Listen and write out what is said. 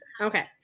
Okay